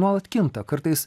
nuolat kinta kartais